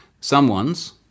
someone's